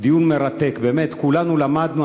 דיון מרתק, באמת, כולנו למדנו.